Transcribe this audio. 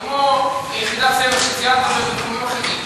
כמו יחידת סמך שעושים בתחומים אחרים?